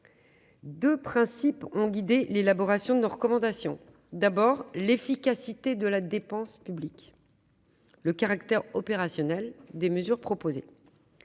Deux principes ont guidé l'élaboration de nos recommandations : l'efficacité de la dépense publique et le caractère opérationnel des mesures proposées.